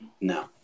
No